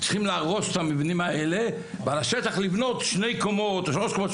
צריכים להרוס את המבנים האלה ועל השטח לבנות שתי קומות או שלוש קומות,